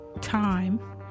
time